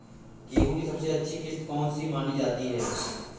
गेहूँ की सबसे अच्छी किश्त कौन सी मानी जाती है?